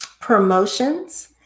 Promotions